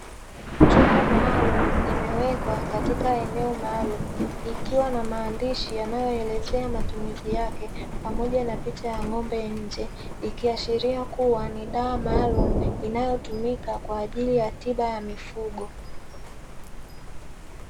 Chupa maalumu imewekwa katika eneo maalumu, ikiwa na maandishi yanayoelezea matumizi yake, pamoja na picha ya ng'ombe nje, ikiashiria kuwa ni dawa maalumu, inayotumika kwa ajili ya tiba ya mifugo.